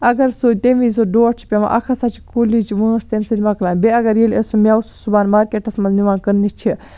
اگر سُہ تَمہِ وز سُہ ڈوٹھ چھُ پیٚوان اکھ ہَسا چھُ کُلِچ وٲنس تَمہِ سۭتۍ مۄکلان بیٚیہِ اگر ییٚلہ أسۍ سُہ میوٕ صبحن مارکیٚٹس منٛز نِوان کٕننہِ چھِ